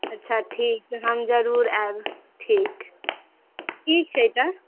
अच्छा ठीक हम जरूर आएब ठीक ठीक छै तऽ ठीक